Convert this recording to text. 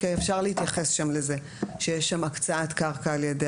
אפשר להתייחס שם לזה שיש שם הקצאת קרקע על ידי